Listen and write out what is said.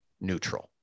neutral